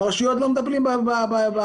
רשויות לא מטפלות ביבשתי.